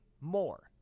more